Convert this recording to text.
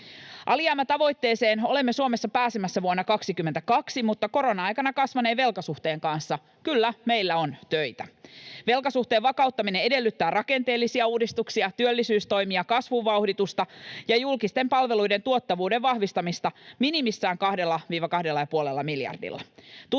Alijäämätavoitteeseen olemme Suomessa pääsemässä vuonna 22, mutta korona-aikana kasvaneen velkasuhteen kanssa meillä kyllä on töitä. Velkasuhteen vakauttaminen edellyttää rakenteellisia uudistuksia, työllisyystoimia, kasvun vauhditusta ja julkisten palveluiden tuottavuuden vahvistamista minimissään 2–2,5 miljardilla.